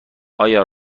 آیا